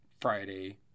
Friday